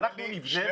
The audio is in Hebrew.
אנחנו הבאנו אותו.